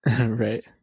Right